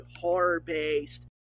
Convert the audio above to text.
horror-based